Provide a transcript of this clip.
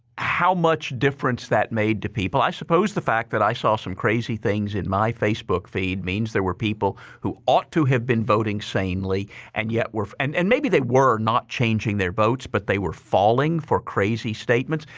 how much difference that made to people. i suppose the fact that i saw some crazy things in my facebook feed means there were people who ought to have been voting sanely and yet were and and maybe they were not changing their votes, but they were falling for crazy statements.